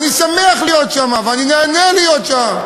ואני שמח להיות שם ואני נהנה להיות שם.